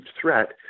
threat